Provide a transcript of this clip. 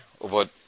over